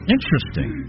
Interesting